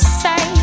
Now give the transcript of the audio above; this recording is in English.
say